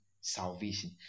salvation